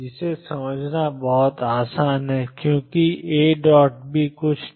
जिसे समझना बहुत आसान है क्योंकि A B और कुछ नहीं